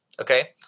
Okay